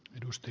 edusti